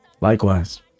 Likewise